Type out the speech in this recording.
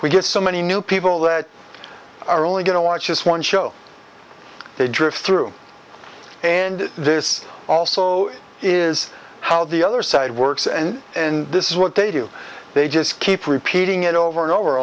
we get so many new people that are only going to watch this one show they drift through and this also is how the other side works and and this is what they do they just keep repeating it over and over